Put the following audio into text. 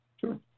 Sure